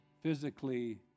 physically